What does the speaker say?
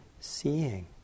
seeing